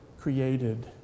created